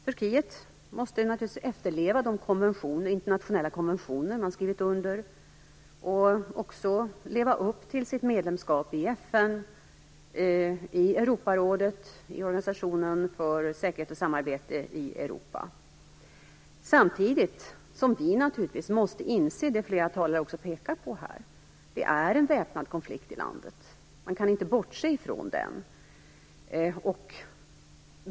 Turkiet måste naturligtvis efterleva de internationella konventioner som man har skrivit under och också leva upp till sitt medlemskap i FN, Europarådet och Organisationen för säkerhet och samarbete i Europa. Samtidigt måste vi naturligtvis inse det som flera talare pekar på, nämligen att det är en väpnad konflikt i landet. Man kan inte bortse från den.